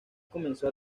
comenzó